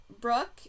Brooke